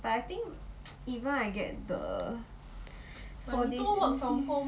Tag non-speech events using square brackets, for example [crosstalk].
but I think even I get the [breath] four days M_C